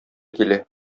килә